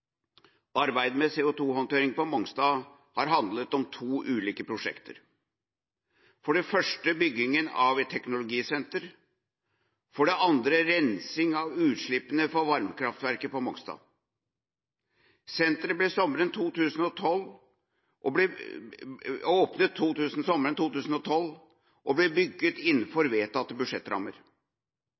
Arbeidet med CO2-håndtering på Mongstad har handlet om to ulike prosjekter: For det første bygginga av et teknologisenter, for det andre rensing av utslippene fra varmekraftverket på Mongstad. Senteret ble åpnet sommeren 2012 og ble bygget innenfor vedtatte budsjettrammer.